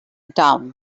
town